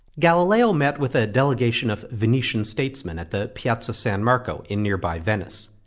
galileo met with a delegation of venetian statesmen at the piazza san marco in nearby venice.